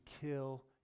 kill